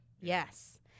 Yes